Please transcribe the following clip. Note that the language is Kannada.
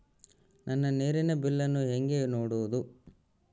ನನ್ನ ನೇರಿನ ಬಿಲ್ಲನ್ನು ಹೆಂಗ ನೋಡದು?